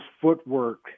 footwork